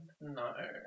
No